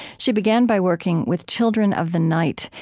she began by working with children of the night,